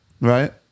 right